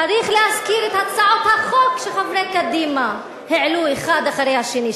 צריך להזכיר את הצעות החוק שחברי קדימה העלו האחד אחרי השני,